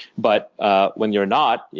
but ah when you're not, yeah